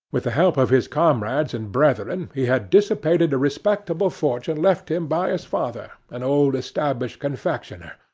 with the help of his comrades and brethren he had dissipated a respectable fortune left him by his father, an old-established confectioner,